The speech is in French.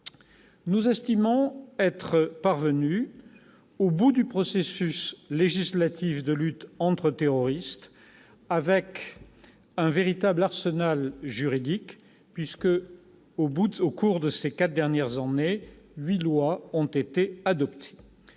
Nous estimons être parvenus au terme du processus législatif de lutte contre le terrorisme avec un véritable arsenal juridique, puisque, au cours des quatre dernières années, huit lois ont été adoptées.